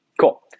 Cool